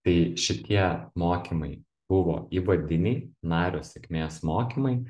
tai šitie mokymai buvo įvadiniai nario sėkmės mokymai